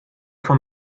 von